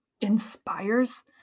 inspires